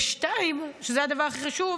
2, שזה הדבר הכי חשוב,